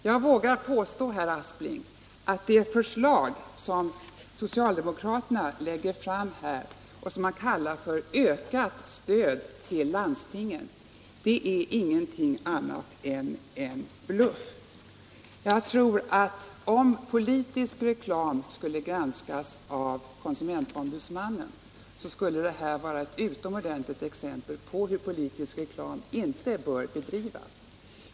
Jag vågar påstå, herr Aspling, att det förslag som socialdemokraterna lägger fram, och som kallas för ökat stöd till landstingen, till sin effekt inte är någonting annat än en bluff. Jag tror att om politisk reklam skulle granskas av konsumentombudsmannen, skulle det här vara ett utomordentligt exempel på hur sådan inte bör bedrivas.